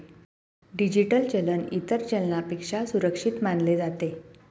digital चलन इतर चलनापेक्षा सुरक्षित मानले जाते